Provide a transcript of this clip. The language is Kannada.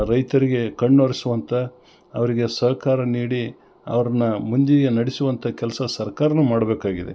ರೈತರಿಗೆ ಕಣ್ಣುವರ್ಸೊವಂಥ ಅವರಿಗೆ ಸಹಕಾರ ನೀಡಿ ಅವರನ್ನ ಮುಂದಿಗೆ ನಡೆಸುವಂಥ ಕೆಲಸ ಸರ್ಕಾರನು ಮಾಡಬೇಕಾಗಿದೆ